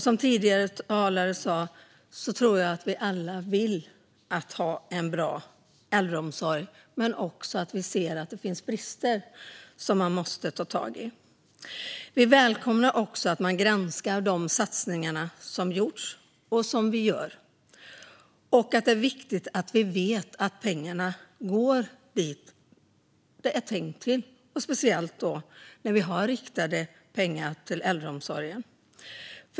Som tidigare talare sa tror jag att vi alla vill ha en bra äldreomsorg, och vi ser alla att det finns brister som man måste ta tag i. Vi välkomnar också att man granskar de satsningar som gjorts och görs. Det är viktigt att vi vet att pengarna går dit de är tänkta att gå, speciellt när vi har riktade pengar till äldreomsorgen.